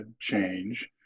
change